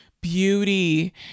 beauty